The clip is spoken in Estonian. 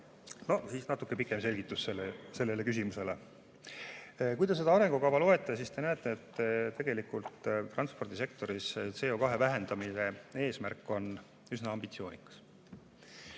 siis natuke pikema selgituse sellele küsimusele. Kui te seda arengukava loete, siis näete, et tegelikult on transpordisektoris CO2vähendamise eesmärk üsna ambitsioonikas.